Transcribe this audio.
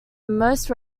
most